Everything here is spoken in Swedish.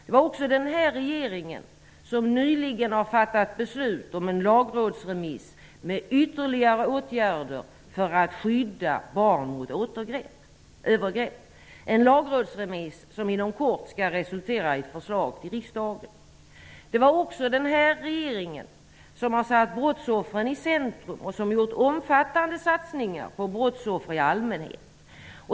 Det är också den här regeringen som nyligen har fattat beslut om en lagrådsremiss med ytterligare åtgärder för att skydda barn mot övergrepp, en lagrådsremiss som inom kort skall resultera i ett förslag till riksdagen. Det är också den här regeringen som har satt brottsoffren i centrum och som gjort omfattande satsningar på brottsoffer i allmänhet.